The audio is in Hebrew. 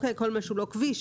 כל מה שהוא לא כביש,